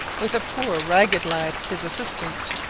with a poor ragged lad, his assistant.